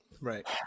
Right